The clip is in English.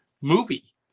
movie